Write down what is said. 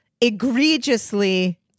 egregiously